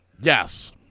yes